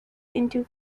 into